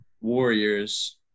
Warriors